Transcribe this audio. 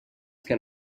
can